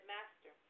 Master